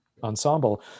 Ensemble